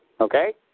Okay